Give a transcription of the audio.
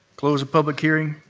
close the public hearing.